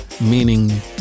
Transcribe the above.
meaning